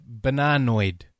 bananoid